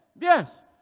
yes